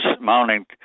mounting